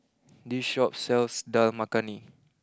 this Shop sells Dal Makhani